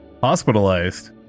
hospitalized